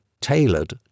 tailored